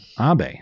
Abe